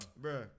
bro